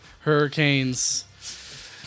Hurricanes